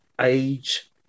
age